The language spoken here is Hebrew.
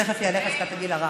תכף תעלה חזקת הגיל הרך.